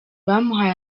bamuhaye